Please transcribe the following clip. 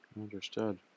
Understood